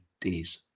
days